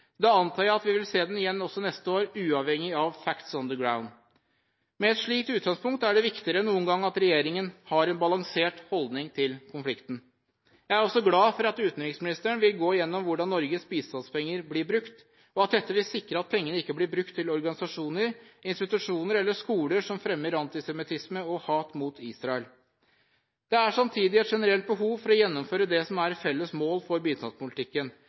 Da antar jeg at vi vil se den igjen også neste år, uavhengig av «facts on the ground». Med et slikt utgangspunkt er det viktigere enn noen gang at regjeringen har en balansert holdning til konflikten. Jeg er også glad for at utenriksministeren vil gå igjennom hvordan Norges bistandspenger blir brukt, og at dette vil sikre at pengene ikke blir brukt til organisasjoner, institusjoner eller skoler som fremmer antisemittisme og hat mot Israel. Det er samtidig et generelt behov for å gjennomføre det som er et felles mål for bistandspolitikken,